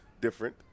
different